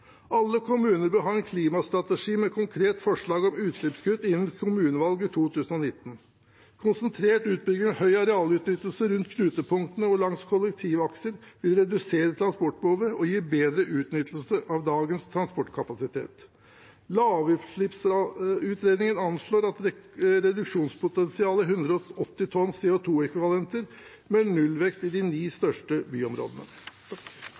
Alle kommuner bør ha en klimastrategi med konkrete forslag om utslippskutt innen kommunevalget 2019. Konsentrert utbygging og høy arealutnyttelse rundt knutepunkter og langs kollektivakser vil redusere transportbehovet og gi bedre utnyttelse av dagens transportkapasitet. Lavutslippsutredningen anslår at reduksjonspotensialet er på 180 000 tonn CO 2 -ekvivalenter med nullvekst i de ni største byområdene.